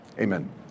Amen